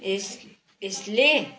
यस यसले